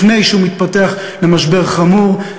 לפני שהוא מתפתח למשבר חמור,